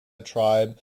tribe